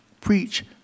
preach